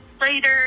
later